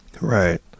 Right